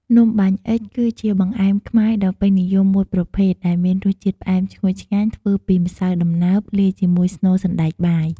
នំបាញ់អុិច គឺជាបង្អែមខ្មែរដ៏ពេញនិយមមួយប្រភេទ ដែលមានរសជាតិផ្អែមឈ្ងុយឆ្ងាញ់ ធ្វើពីម្សៅដំណើប លាយជាមួយស្នូលសណ្ដែកបាយ។